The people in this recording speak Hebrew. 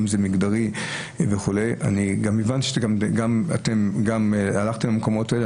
הבנתי שהלכתם גם למקומות האלה,